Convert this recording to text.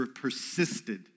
persisted